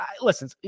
listen